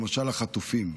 למשל החטופים,